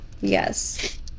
Yes